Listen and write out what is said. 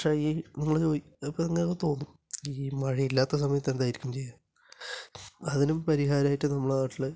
പക്ഷേ ഈ നമ്മള് ഇപ്പോള് ഇങ്ങനെ തോന്നും ഈ മഴ ഇല്ലാത്ത സമയത്ത് എന്തായിരിക്കും ചെയ്യുക അതിനും പരിഹാരമായിട്ട് നമ്മളുടെ നാട്ടില്